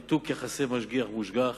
ניתוק יחסי משגיח-מושגח,